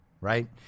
right